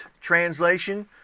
translation